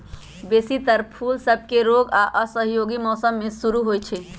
बेशी तर फूल सभके रोग आऽ असहयोगी मौसम में शुरू होइ छइ